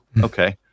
okay